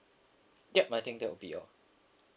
yup I think that will be all